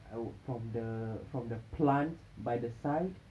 I would from the from the plant by the side